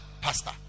pastor